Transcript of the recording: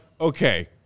okay